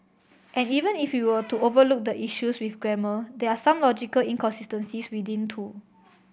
and even if we were to overlook the issues with grammar there are some logical inconsistencies within too